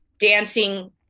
dancing